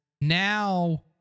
now